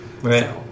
Right